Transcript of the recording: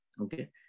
Okay